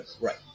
Right